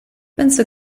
penso